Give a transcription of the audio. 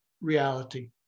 reality